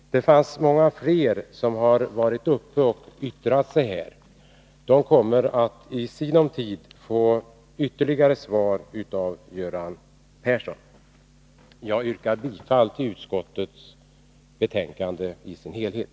Det är många fler som har yttrat sig i den här debatten. De kommer att i sinom tid få ytterligare svar av Göran Persson. Jag yrkar bifall till utskottets hemställan i dess helhet.